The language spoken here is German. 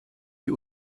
die